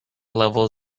level